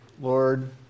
Lord